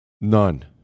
none